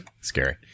Scary